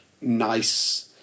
nice